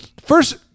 First